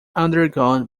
undergone